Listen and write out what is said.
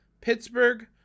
Pittsburgh